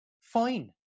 Fine